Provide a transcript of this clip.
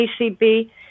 ACB